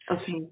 Okay